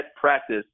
practice